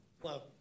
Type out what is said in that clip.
Hello